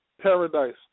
paradise